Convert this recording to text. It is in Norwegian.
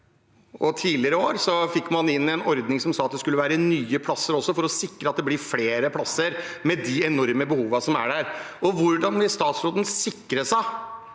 tidligere år fikk man inn en ordning som sa at det skulle være nye plasser også, for å sikre at det blir flere plasser med de enorme behovene som er der. Hvordan vil statsråden sikre at